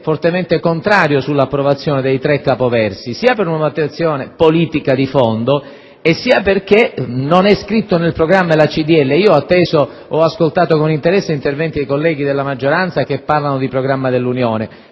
fortemente contrario relativamente all'approvazione dei tre capoversi, sia per una valutazione politica di fondo sia perché non è scritto nel programma della Casa delle Libertà. Ho ascoltato con interesse gli interventi dei colleghi della maggioranza che parlano di programma dell'Unione: